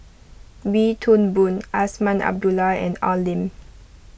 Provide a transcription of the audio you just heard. Wee Toon Boon Azman Abdullah and Al Lim